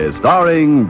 starring